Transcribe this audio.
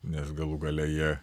nes galų gale jie